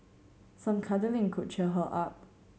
some cuddling could cheer her up